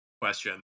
question